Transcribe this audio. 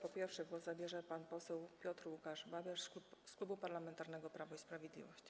Pierwszy głos zabierze pan poseł Piotr Łukasz Babiarz z Klubu Parlamentarnego Prawo i Sprawiedliwość.